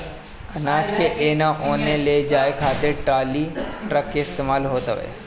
अनाज के एने ओने ले जाए खातिर टाली, ट्रक के इस्तेमाल होत हवे